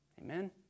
Amen